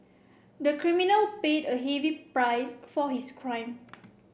the criminal paid a heavy price for his crime